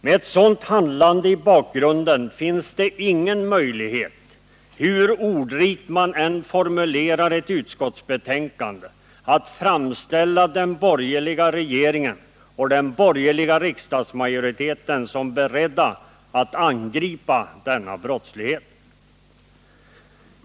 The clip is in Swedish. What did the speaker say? Med ett sådant handlande i bakgrunden finns det ingen möjlighet — hur ordrikt man än formulerar ett utskottsbetänkande — att framställa den borgerliga regeringen och den borgerliga majoriteten såsom beredd att angripa denna brottslighet.